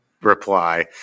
reply